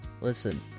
listen